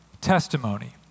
testimony